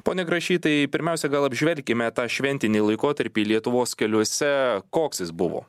pone grašy tai pirmiausiai gal apžvelkime tą šventinį laikotarpį lietuvos keliuose koks jis buvo